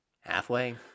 halfway